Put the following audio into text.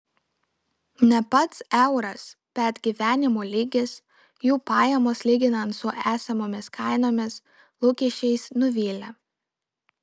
ne pats euras bet gyvenimo lygis jų pajamos lyginant su esamomis kainomis lūkesčiais nuvilia